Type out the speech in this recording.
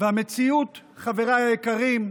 חבריי היקרים,